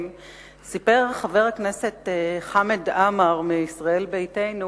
סיפר חבר הכנסת חמד עמאר מישראל ביתנו